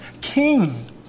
King